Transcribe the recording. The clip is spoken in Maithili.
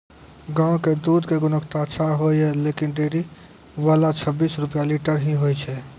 गांव के दूध के गुणवत्ता अच्छा होय या लेकिन डेयरी वाला छब्बीस रुपिया लीटर ही लेय छै?